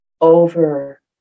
over